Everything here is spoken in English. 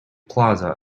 plaza